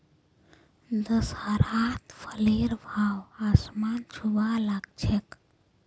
दशहरात फलेर भाव आसमान छूबा ला ग छेक